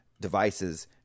devices